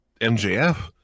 MJF